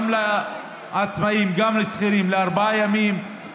גם לעצמאים וגם לשכירים, לארבעה ימים.